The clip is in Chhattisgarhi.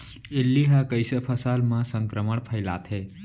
इल्ली ह कइसे फसल म संक्रमण फइलाथे?